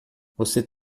você